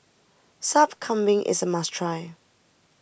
Sup Kambing is a must try